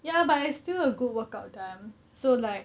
ya but it's still a good workout done so like